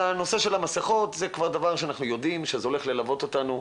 על הנשוא של המסכות זה כבר דבר שאנחנו יודעים שהולך ללוות אותנו,